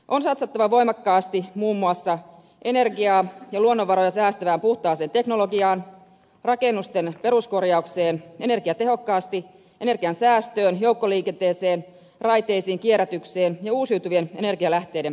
on satsattava voimakkaasti muun muassa energiaa ja luonnonvaroja säästävään puhtaaseen teknologiaan rakennusten peruskorjaukseen energiatehokkaasti energiansäästöön joukkoliikenteeseen raiteisiin kierrätykseen ja uusiutuvien energialähteiden kehittämiseen